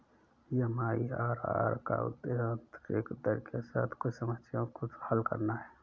MIRR का उद्देश्य आंतरिक दर के साथ कुछ समस्याओं को हल करना है